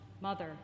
mother